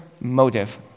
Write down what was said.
motive